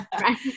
Right